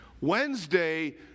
Wednesday